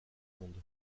monde